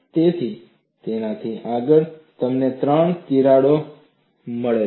તેથી તેનાથી આગળ તમને ત્રણ તિરાડો નીપજે છે